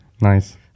nice